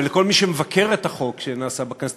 וכל מי שמבקר את החוק שנעשה בכנסת